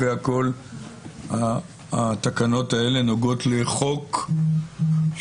אחרי הכול התקנות האלה נוגעות לחוק שהתקבל,